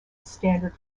standard